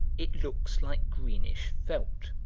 it looks like greenish felt.